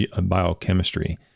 biochemistry